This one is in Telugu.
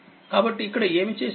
కాబట్టినేనుఇక్కడఏమిచేసాను